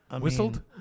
whistled